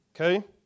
Okay